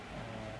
err